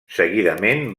seguidament